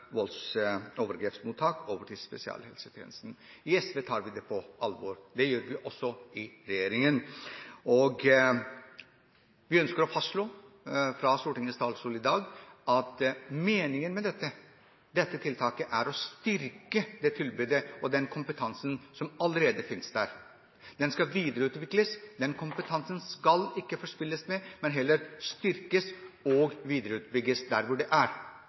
overgrepsmottak over til spesialhelsetjenesten. I SV tar vi dette på alvor. Det gjør vi også i regjeringen. Vi ønsker å fastslå fra Stortingets talerstol i dag at meningen med dette tiltaket er å styrke det tilbudet og den kompetansen som allerede finnes der. Den skal videreutvikles. Den kompetansen skal ikke forspilles, men heller styrkes og bygges ut videre der hvor den er.